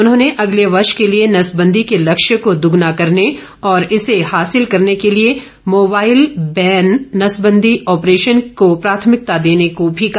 उन्होंने अगले वर्ष के लिए नसबंदी के लक्ष्य को दोगुना करने और इसे हासिल करने के लिए मोबाईल वैन नसबंदी ऑपरेशन को प्राथमिकता देने को भी कहा